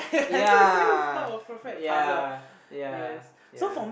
yeah yeah yeah yeah